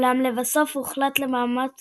אולם לבסוף הוחלט לאמץ